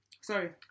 Sorry